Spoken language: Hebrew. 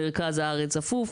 מרכז הארץ צפוף,